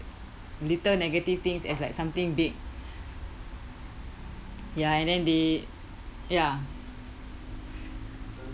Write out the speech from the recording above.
little negative things as like something big ya and then they ya